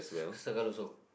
c~ circle also